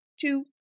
two